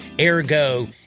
Ergo